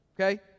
Okay